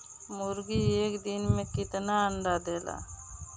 मुर्गी एक दिन मे कितना अंडा देला?